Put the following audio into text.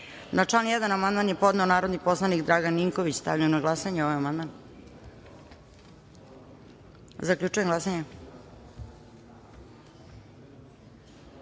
član 1. amandman je podneo narodni poslanik Dragan Ninković. Stavljam na glasanje ovaj amandman. Zaključujem glasanje